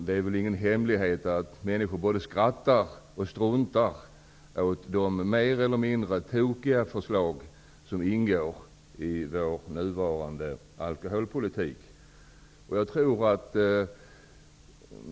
Det är väl ingen hemlighet att människor både skrattar åt och struntar i de mer eller mindre tokiga inslag som ingår i vår nuvarande alkoholpolitik.